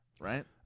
right